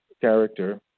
character